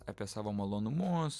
apie savo malonumus